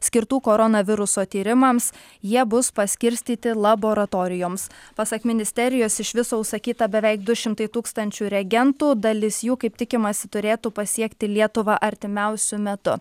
skirtų koronaviruso tyrimams jie bus paskirstyti laboratorijoms pasak ministerijos iš viso užsakyta beveik du šimtai tūkstančių reagentų dalis jų kaip tikimasi turėtų pasiekti lietuvą artimiausiu metu